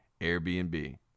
Airbnb